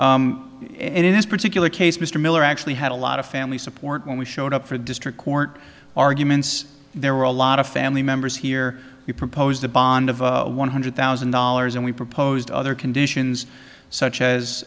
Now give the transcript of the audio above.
so in this particular case mr miller actually had a lot of family support when we showed up for district court arguments there were a lot of family members here who proposed a bond of one hundred thousand dollars and we proposed other conditions such as